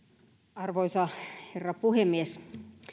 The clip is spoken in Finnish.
arvoisa herra puhemies